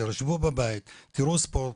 תשבו בבית תראו ספורט.